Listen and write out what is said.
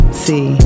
see